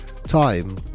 time